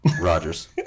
Rogers